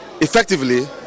effectively